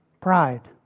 Pride